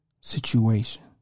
situation